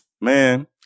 Man